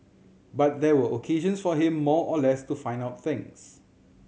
but they were occasions for him more or less to find out things